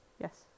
Yes